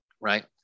right